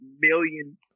million